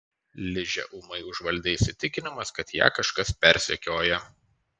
ližę ūmai užvaldė įsitikinimas kad ją kažkas persekioja